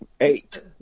Eight